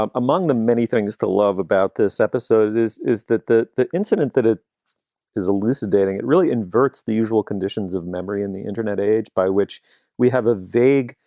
um among the many things to love about this episode is, is that the the incident that it is elucidating, it really inverts the usual conditions of memory in the internet age by which we have a vague,